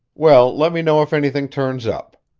well, let me know if anything turns up.